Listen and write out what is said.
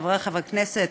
חברי חברי הכנסת,